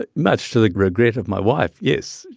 ah much to the regret of my wife, yes.